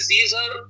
Caesar